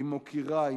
היא מוקירה,